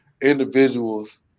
individuals